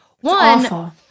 one